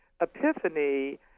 Epiphany